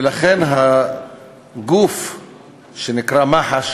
ולכן הגוף שנקרא מח"ש,